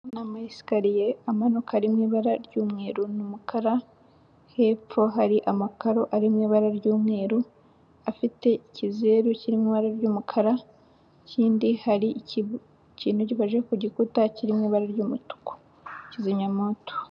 Ama esikariye amanuka iri mu ibara ry'umweru n'umukara, hepfo hari amakaro ari mu ibara ry'umweru, afite ikizeru kirimo ibara ry'umukara kindi hari ikintu gifashe ku gikuta kiri mu ibara ry'umutuku kizimyamwoto.